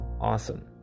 awesome